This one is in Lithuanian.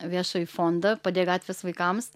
viešąjį fondą padėk gatvės vaikams